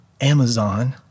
Amazon